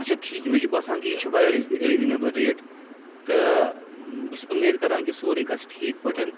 اچھا ٹھیٖک یہِ مےٚ چھِ باسان کہِ یہِ چھِ واریاہ ریٖزنیبٕل ریٹ تہٕ بہٕ چھُس اُمید کَران کہِ سورُے گژھِ ٹھیٖک پٲٹھۍ